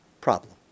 problem